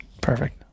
Perfect